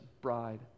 bride